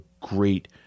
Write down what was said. great